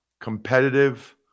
competitive